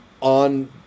on